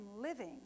living